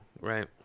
right